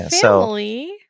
Family